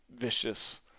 vicious